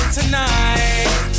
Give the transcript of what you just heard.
tonight